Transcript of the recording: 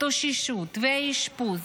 ההתאוששות והאשפוז,